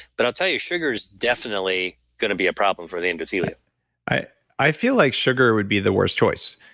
but i'll tell you, sugar is definitely going to be a problem for the endothelium i i feel like sugar would be the worst choice,